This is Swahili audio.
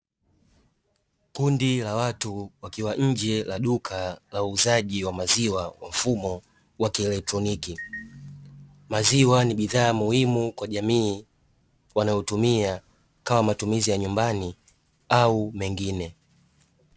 Kundi la watu wakiwa nje la duka, ya wauzaji wa maziwa kwa mfumo wa kielektroniki. Maziwa ni bidhaa muhimu kwa jamii wanaotumia kama matumizi ya nyumbani au mengine.